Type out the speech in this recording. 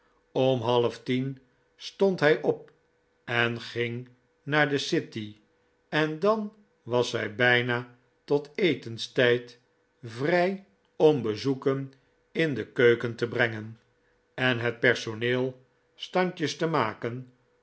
om halftien stond hij op en ging naar de city en dan was zij bijna tot etenstijd v rij om bezoeken in de keuken te brengen en het personeel standjes te maken